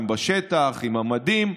הם בשטח עם המדים,